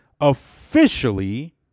officially